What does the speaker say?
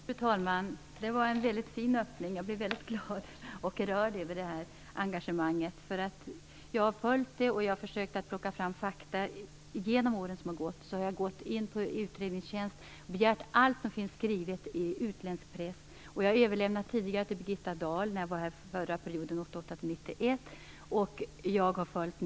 Fru talman! Det var en fin öppning. Jag blir väldigt glad och rörd. Jag har följt detta och försökt plocka fram fakta genom åren som gått. Jag har via riksdagens utredningstjänst begärt allt som finns skrivet i utländsk press. Jag har tidigare överlämnat material till Birgitta Dahl när jag var i riksdagen perioden 1988-1991.